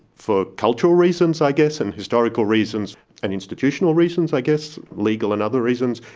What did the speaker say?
for cultural reasons i guess and historical reasons and institutional reasons i guess, legal and other reasons,